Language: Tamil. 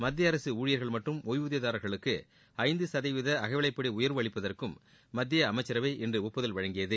மத்திய அரசு ஊழிபர்கள் மற்றம் ஒய்வூதியதாரர்களுக்கு ஐந்து சதவீத அகவிவைப்படி உயர்வு அளிப்பதற்கும் மத்திய அமைச்சரவை இன்று ஒப்புதல் வழங்கியது